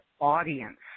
audience